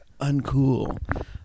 uncool